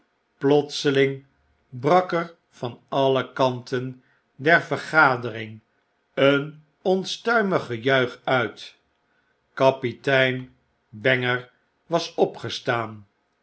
tedrukken plotselingbrak er van alle kanten der vergadering een onstuiinig gejuich uit kapitein banger was opgestaan